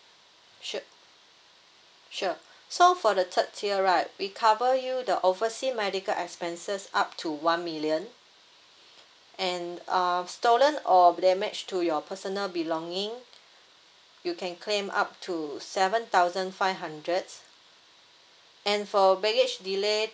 su~ sure so for the third tier right we cover you the oversea medical expenses up to one million and um stolen or damage to your personal belonging you can claim up to seven thousand five hundred and for baggage delay